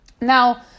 Now